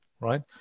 right